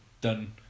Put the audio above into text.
done